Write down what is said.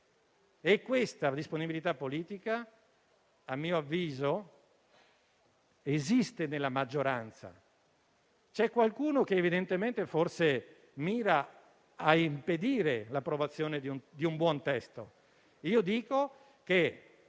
Questa disponibilità politica, a mio avviso, nella maggioranza esiste. C'è qualcuno che, evidentemente, forse mira a impedire l'approvazione di un buon testo. Io dico che,